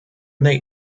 they